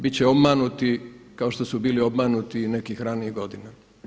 Bit će obmanuti kao što su bili obmanuti i nekih ranijih godina.